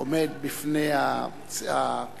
עומד בפני הכנסת